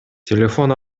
телефон